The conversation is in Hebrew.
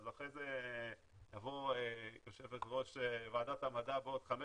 אז אחרי זה תבוא יו"ר ועדת המדע בעוד חמש